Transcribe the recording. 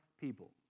people